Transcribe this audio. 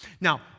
Now